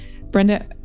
brenda